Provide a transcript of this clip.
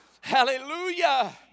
hallelujah